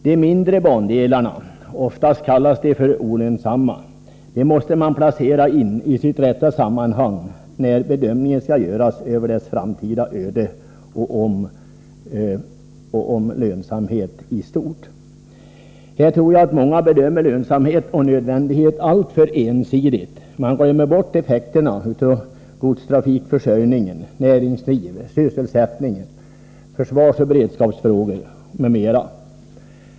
De mindre bandelarna — oftast kallas de olönsamma — måste placeras in i sitt rätta sammanhang när bedömningen skall göras av deras framtida öde och av lönsamheten i stort. Här tror jag att många bedömer lönsamhet och nödvändighet alltför ensidigt. Man glömmer bort effekterna för godstrafikförsörjning, näringsliv, sysselsättning, försvarsoch beredskapsfrågor m.m.